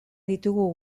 ditugu